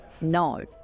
No